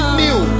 new